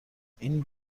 این